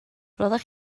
roeddech